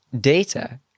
data